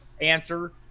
answer